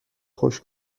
خوش